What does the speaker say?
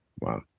Wow